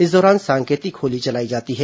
इस दौरान सांकेतिक होली जलाई जाती है